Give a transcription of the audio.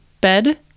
bed